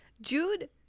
Jude